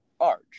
Arch